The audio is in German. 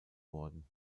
worden